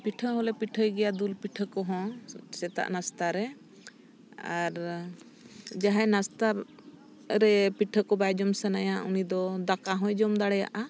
ᱯᱤᱴᱷᱟᱹ ᱦᱚᱸᱞᱮ ᱯᱤᱴᱷᱟᱹᱭ ᱜᱮᱭᱟ ᱫᱩᱞ ᱯᱤᱴᱷᱟᱹ ᱠᱚᱦᱚᱸ ᱥᱮᱛᱟᱜ ᱱᱟᱥᱛᱟᱨᱮ ᱟᱨ ᱡᱟᱦᱟᱸᱭ ᱱᱟᱥᱛᱟ ᱨᱮ ᱯᱤᱴᱷᱟᱹ ᱠᱚ ᱵᱟᱭ ᱡᱚᱢ ᱥᱟᱱᱟᱭᱟ ᱩᱱᱤᱫᱚ ᱫᱟᱠᱟ ᱦᱚᱸᱭ ᱡᱚᱢ ᱫᱟᱲᱮᱭᱟᱜᱼᱟ